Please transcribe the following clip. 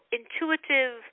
intuitive